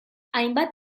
hainbat